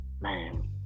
Man